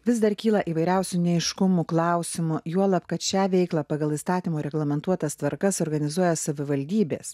vis dar kyla įvairiausių neaiškumų klausimų juolab kad šią veiklą pagal įstatymo reglamentuotas tvarkas organizuoja savivaldybės